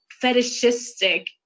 fetishistic